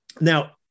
Now